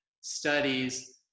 studies